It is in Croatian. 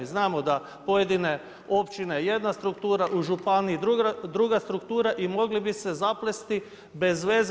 Znamo da pojedine općine jedna struktura, u županiji druga struktura i mogli bi se zaplesti bezveze.